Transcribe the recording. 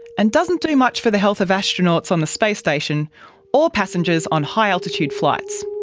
and doesn't do much for the health of astronauts on the space station or passengers on high altitude flights.